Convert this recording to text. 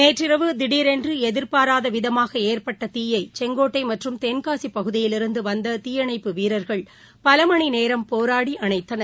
நேற்று இரவு திடீரென்று எதிர்பாரத விதமாக ஏற்பட்ட தீயை செங்கோட்டை மற்றும் தென்காசி பகுதியிலிருந்து வந்த தீயணைப்பு வீரர்கள் பல மணி நேரம் போராடி அணைத்தனர்